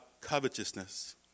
covetousness